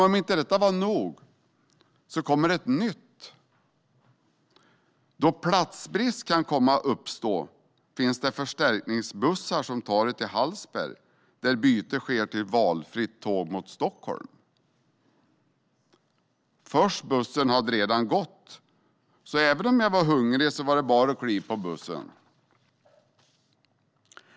Och som om detta inte var nog kom det ett nytt sms: Då platsbrist kan komma att uppstå finns det förstärkningsbussar som tar er till Hallsberg, där byte sker till valfritt tåg mot Stockholm. Första bussen hade redan gått, och även om jag var hungrig var det bara att kliva på bussen.